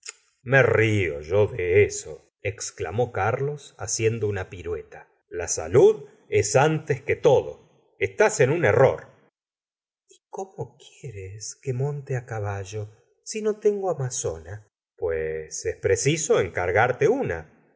me río yo de esoexclamó carlos haciendo una pirueta la salud es antes que todo estilo en un error y como quieres que monte caballo si no tengo amazona pues es preciso encargarte una